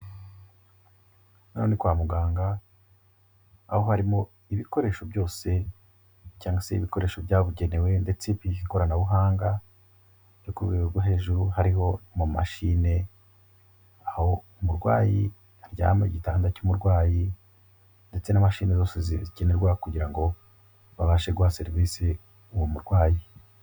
None kwa muganga aho harimo ibikoresho byose, cyangwa se ibikoresho byabugenewe ndetse by'ikoranabuhanga ryo ku rwego rwo hejuru, hariho amamashine aho umurwayi aryama, gitanda cy'umurwayi ndetse na mashini zose zikenerwa kugira ngo babashe guha serivisi uwo murwayi.